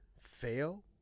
fail